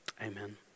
amen